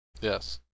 Yes